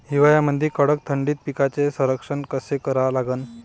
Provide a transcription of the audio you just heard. हिवाळ्यामंदी कडक थंडीत पिकाचे संरक्षण कसे करा लागन?